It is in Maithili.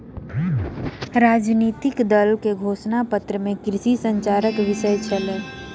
राजनितिक दलक घोषणा पत्र में कृषि संचारक विषय छल